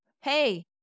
hey